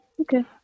okay